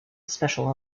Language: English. special